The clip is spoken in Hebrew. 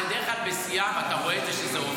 מה אני במשחק כדורגל?